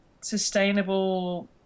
sustainable